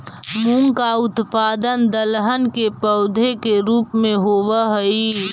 मूंग का उत्पादन दलहन के पौधे के रूप में होव हई